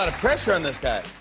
ah pressure on this guy.